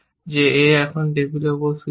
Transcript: যে a এখন টেবিলের উপর শুয়ে আছে